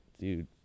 dude